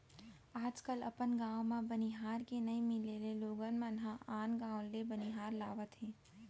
आज कल अपन गॉंव म बनिहार के नइ मिले ले लोगन मन आन गॉंव ले बनिहार लावत हें